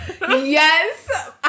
Yes